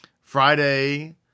Friday